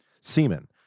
semen